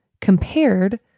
compared